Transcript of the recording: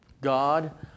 God